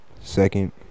Second